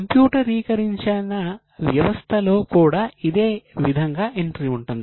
కంప్యూటరీకరించిన వ్యవస్థలో కూడా ఇదే ఈ విధంగా ఎంట్రీ ఉంటుంది